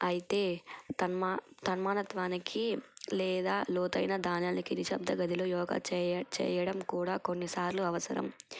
అయితే తన్మయత్వానికి లేదా లోతైన ధ్యానాలకి నిశ్శబ్ద గదిలో యోగా చేయడం కూడా కొన్నిసార్లు అవసరం